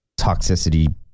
toxicity